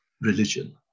religion